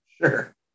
sure